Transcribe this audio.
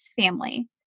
family